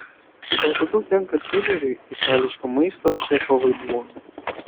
gal daugiau tenka treneriui itališko maisto šefo vaidmuo